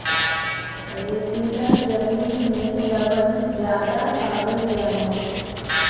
रेतीला जमीन में लवण ज्यादा पावल जाला